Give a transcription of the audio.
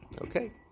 Okay